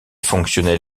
fonctionnel